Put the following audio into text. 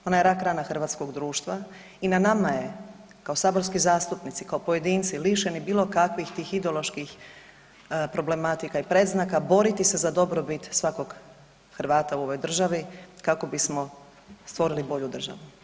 Ona je rak-rana hrvatskoga društva i na nama je kao saborski zastupnici, kao pojedinci lišeni bilo kakvih tih ideoloških problematika i predznaka boriti se za dobrobit svakog Hrvata u ovoj državi kako bismo stvorili bolju državu.